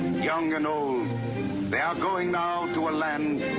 young and old, they are going now to a land,